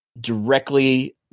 directly